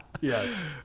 Yes